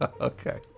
Okay